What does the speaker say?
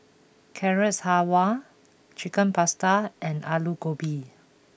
Carrot Halwa Chicken Pasta and Alu Gobi